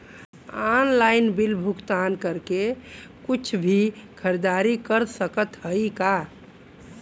Online bill भुगतान करके कुछ भी खरीदारी कर सकत हई का?